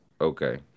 Okay